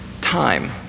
time